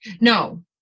No